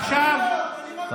קח אותו למטה לקפה של ציונה.